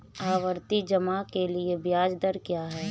आवर्ती जमा के लिए ब्याज दर क्या है?